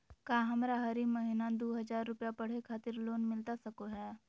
का हमरा हरी महीना दू हज़ार रुपया पढ़े खातिर लोन मिलता सको है?